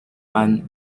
and